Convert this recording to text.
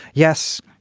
yes,